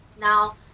Now